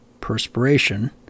perspiration